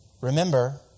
remember